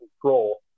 control